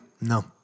No